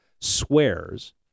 swears